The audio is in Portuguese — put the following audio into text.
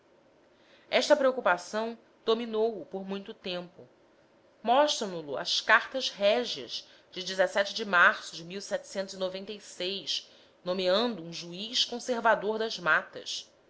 esta preocupação dominou o por muito tempo mostram no lo as cartas régias de de março de nomeado um juiz conservador das matas